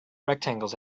rectangles